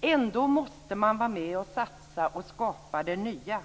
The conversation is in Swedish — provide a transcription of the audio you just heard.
Ändå måste man vara med och satsa och skapa det nya.